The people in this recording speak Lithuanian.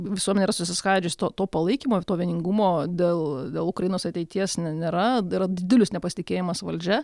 visuomenė yra susiskaidžius to to palaikymo ir to vieningumo dėl dėl ukrainos ateities nėra yra didelis nepasitikėjimas valdžia